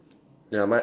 ya mine